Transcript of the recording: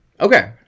Okay